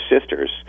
sisters